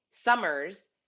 summers